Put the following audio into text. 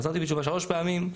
חזרתי בתשובה שלוש פעמים.